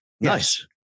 Nice